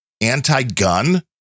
anti-gun